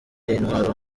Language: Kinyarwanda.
intwaro